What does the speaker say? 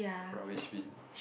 rubbish bin